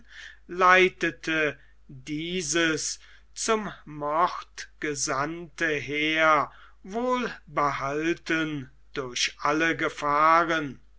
leitete dieses zum mord gesandte heer wohlbehalten durch alle gefahren